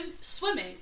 swimming